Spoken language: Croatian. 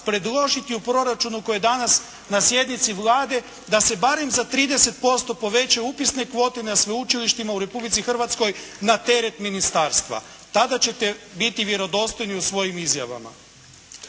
predložiti u proračunu koji je danas na sjednici Vlade da se barem za 30% povećaju upisne kvote na sveučilištima u Republici Hrvatskoj na teret ministarstva. Tada ćete biti vjerodostojni u svojim izjavama.